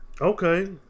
okay